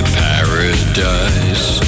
paradise